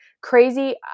crazy